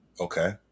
Okay